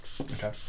Okay